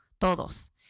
todos